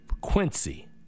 Quincy